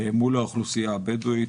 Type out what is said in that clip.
מול האוכלוסייה הבדואית.